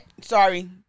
Sorry